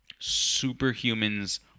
superhumans